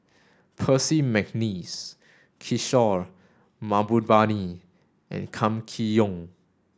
Percy McNeice Kishore Mahbubani and Kam Kee Yong